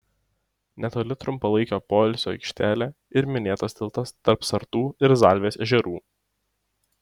netoli trumpalaikio poilsio aikštelė ir minėtas tiltas tarp sartų ir zalvės ežerų